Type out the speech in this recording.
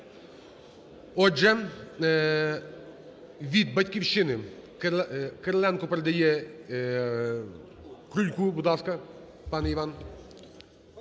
Отже, від "Батьківщини" Кириленко передає Крульку. Будь ласка, пане Іван.